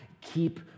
keep